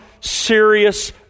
serious